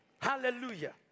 Hallelujah